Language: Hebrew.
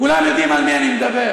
כולם יודעים על מי אני מדבר.